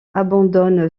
abandonne